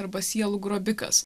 arba sielų grobikas